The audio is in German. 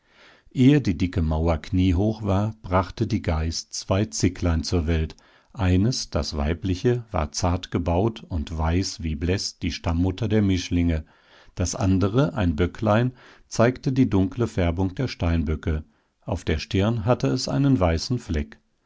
ehe die dicke mauer kniehoch war brachte die geiß zwei zicklein zur welt eines das weibliche war zart gebaut und weiß wie bläß die stammutter der mischlinge das andere ein böcklein zeigte die dunkle färbung der steinböcke auf der stirn hatte es einen weißen fleck